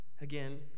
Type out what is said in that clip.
again